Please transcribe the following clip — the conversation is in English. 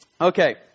Okay